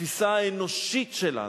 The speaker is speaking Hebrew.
התפיסה האנושית שלנו,